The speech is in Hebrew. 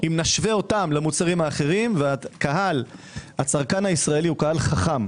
אם נשווה אותם למוצרים האחרים והצרכן הישראלי הוא קהל חכם,